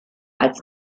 als